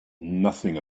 nothing